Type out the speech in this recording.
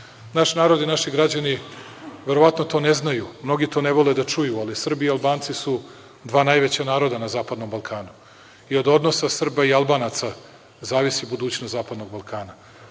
narod i naši građani verovatno to ne znaju, mnogi to ne vole da čuju, ali Srbi i Albanci su dva najveća naroda na zapadnom Balkanu i od odnosa Srba i Albanaca zavisi budućnost zapadnog Balkana.